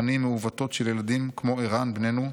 פנים מעוותות של ילדים כמו ערן בננו,